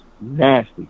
nasty